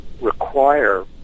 require